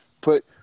put